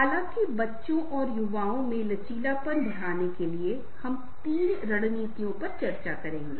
हालांकि बच्चों और युवाओं में लचीलापन बढ़ाने के लिए हम तीन रणनीतियों पर चर्चा करेंगे